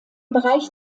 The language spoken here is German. bereich